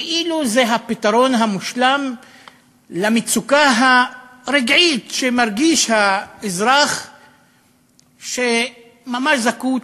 כאילו זה הפתרון המושלם למצוקה הרגעית שמרגיש אזרח שממש זקוק